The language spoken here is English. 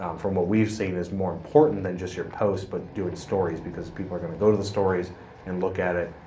um from what we've seen is more important than just your posts, but doing stories. people are gonna go to the stories and look at it,